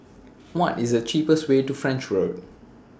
What IS The cheapest Way to French Road